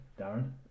Darren